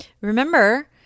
Remember